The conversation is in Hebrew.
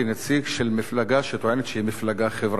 כנציג של מפלגה שטוענת שהיא מפלגה חברתית: